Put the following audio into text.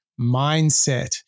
Mindset